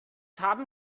haben